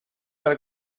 para